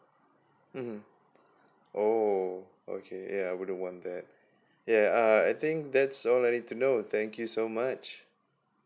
mmhmm oh okay yeah I wouldn't want that yeah I I think that's all I need to know thank you so much